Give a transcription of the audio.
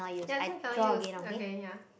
ya this one cannot use okay ya